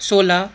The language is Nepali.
सोह्र